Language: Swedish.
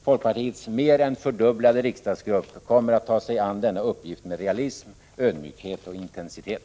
Folkpartiets mer än fördubblade riksdagsgrupp kommer att ta sig an denna uppgift med realism, ödmjukhet och intensitet.